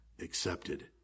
accepted